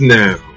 now